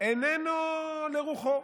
איננו לרוחו.